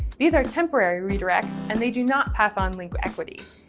these are temporary redirects, and they do not pass on link equity.